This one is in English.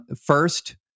First